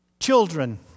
Children